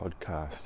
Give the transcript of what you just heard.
podcast